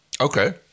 Okay